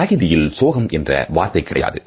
தகிதியில் சோகம் என்ற வார்த்தை கிடையாது